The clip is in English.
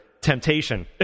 temptation